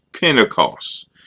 Pentecost